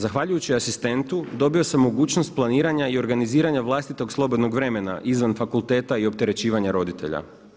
Zahvaljujući asistentu dobio sam mogućnost planiranja i organiziranja vlastitog slobodnog vremena izvan fakulteta i opterećivanja roditelja.